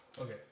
Okay